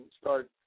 start